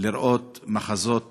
לראות מחזות